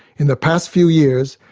in the past few years,